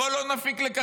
בוא לא נפיק לקחים.